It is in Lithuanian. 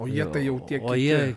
o jie tai jau tie kiti